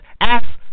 ass